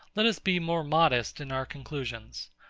let us be more modest in our conclusions.